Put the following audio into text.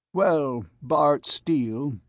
well, bart steele,